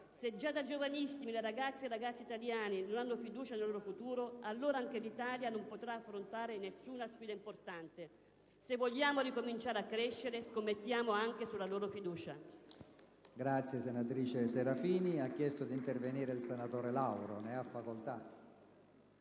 Se già da giovanissimi le ragazze e i ragazzi italiani non hanno fiducia nel loro futuro, allora anche l'Italia non potrà affrontare nessuna sfida importante. Se vogliamo ricominciare a crescere, scommettiamo anche sulla loro fiducia. *(Applausi dal Gruppo PD)*. PRESIDENTE. È iscritto a parlare il senatore Lauro. Ne ha facoltà.